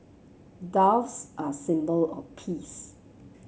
doves are a symbol of peace